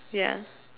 ya